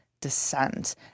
descent